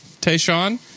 Tayshon